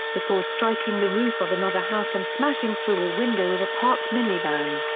before striking the roof of another house and smashing through a window of a parked minivan.